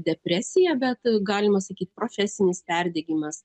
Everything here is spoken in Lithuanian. depresija bet galima sakyt profesinis perdegimas